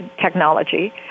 technology